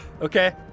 Okay